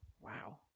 Wow